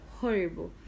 horrible